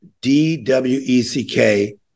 D-W-E-C-K